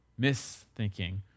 misthinking